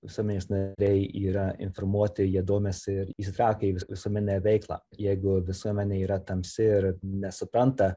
visuomenės nariai yra informuoti jie domisi ir įsitraukia į visuomeninę veiklą jeigu visuomenė yra tamsi ir nesupranta